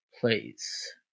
place